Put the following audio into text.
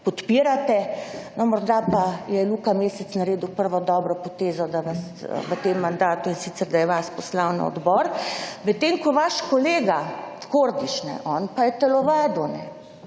podpirate. No, morda pa je Luka Mesec naredil prvo dobro potezo v tem mandatu, in sicer, da je vas poslal na sejo odbora. Medtem ko vaš kolega Kordiš… on pa je telovadil.